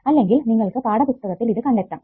അല്ലെങ്കിൽ നിങ്ങൾക്ക് പാഠപുസ്തകത്തിൽ ഇത് കണ്ടെത്താം